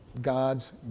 God's